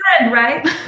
right